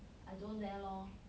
I don't dare lor